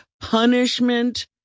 punishment